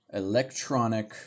electronic